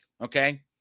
Okay